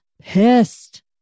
pissed